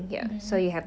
mmhmm